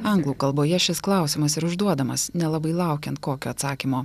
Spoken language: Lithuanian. anglų kalboje šis klausimas ir užduodamas nelabai laukiant kokio atsakymo